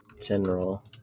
General